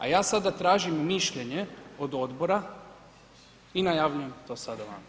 A ja sada tražim mišljenje od odbora i najavljujem to sada vama.